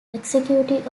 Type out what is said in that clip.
executive